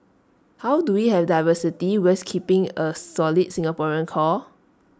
how do we have diversity whilst keeping A solid Singaporean core